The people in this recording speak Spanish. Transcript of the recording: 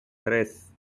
tres